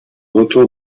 retour